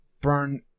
burn